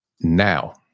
now